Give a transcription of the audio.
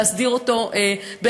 להסדיר אותו בחקיקה.